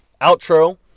outro